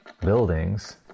buildings